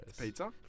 pizza